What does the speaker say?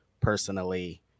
personally